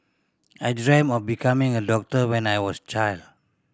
I dreamt of becoming a doctor when I was child